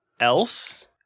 Else